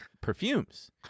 perfumes